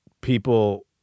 people